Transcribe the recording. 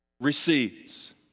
receives